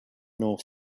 nor